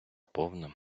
повна